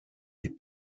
des